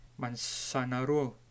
Mansanaro